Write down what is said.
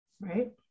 Right